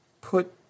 put